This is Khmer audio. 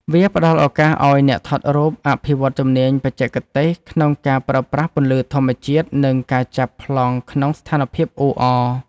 វាផ្ដល់ឱកាសឱ្យអ្នកថតរូបអភិវឌ្ឍជំនាញបច្ចេកទេស ក្នុងការប្រើប្រាស់ពន្លឺធម្មជាតិ និងការចាប់ប្លង់ក្នុងស្ថានភាពអ៊ូអរ។